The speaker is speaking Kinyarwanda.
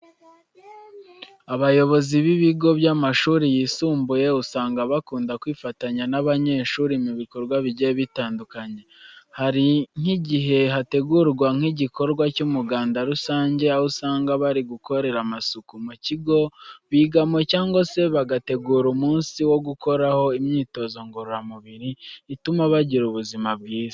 Abayobozi b'ibigo by'amashuri yisumbuye usanga bakunda kwifatanya n'abanyeshuri mu bikorwa bigiye bitandukanye. Hari nk'igihe hategurwa nk'igikorwa cy'umuganda rusange, aho usanga bari gukorera amasuku mu kigo bigamo cyangwa se bagategura umunsi wo gukoraho imyitozo ngororamubiri ituma bagira ubuzima bwiza.